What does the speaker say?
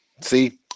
See